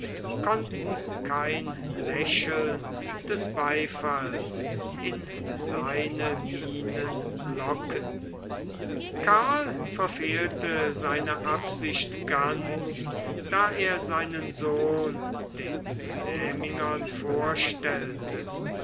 konnten kein lächeln des beifalls in seine mienen locken karl verfehlte seine absicht ganz da er seinen sohn den flämingern vorstellte